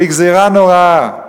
שהיא גזירה נוראה.